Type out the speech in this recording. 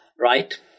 right